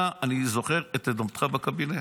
אתה, אני זוכרת את עמדתך בקבינט.